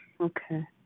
Okay